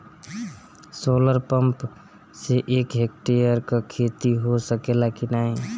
Solar pump से एक hectare क खेती हो सकेला की नाहीं?